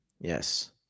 Yes